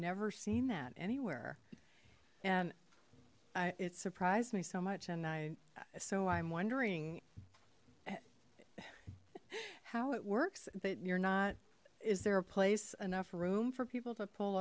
never seen that anywhere and it surprised me so much and i so i'm wondering how it works that you're not is there a place enough room for people to pull